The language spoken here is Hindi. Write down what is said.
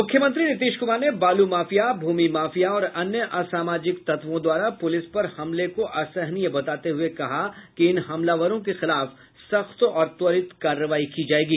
मुख्यमंत्री नीतीश कुमार ने बालू माफिया भूमि माफिया और अन्य असामाजिक तत्वों द्वारा प्रलिस पर हमला को असहनीय बताते हुए कहा कि इन हमलावरों के खिलाफ सख्त और त्वरित कार्रवाई की जायेगी